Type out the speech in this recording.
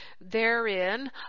therein